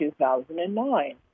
2009